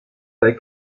bei